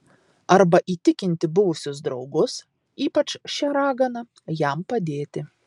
arba įtikinti buvusius draugus ypač šią raganą jam padėti